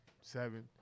seven